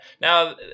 Now